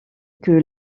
que